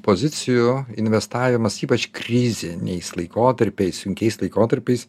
pozicijų investavimas ypač kriziniais laikotarpiais sunkiais laikotarpiais